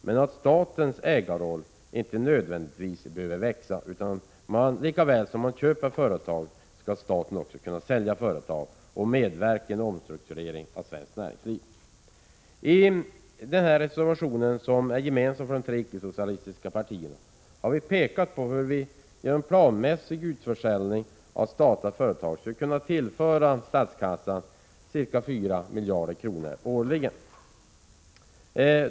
Men statens ägarroll behöver inte nödvändigtvis växa, utan lika väl som man köper företag skall staten kunna sälja företag och på det sättet medverka till en omstrukturering av svenskt näringsliv. I reservation 4, som är gemensam för de tre icke socialistiska partierna, har vi pekat på hur en planmässig utförsäljning av statliga företag skall kunna tillföra statskassan ca 4 miljarder kronor årligen.